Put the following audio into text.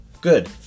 Good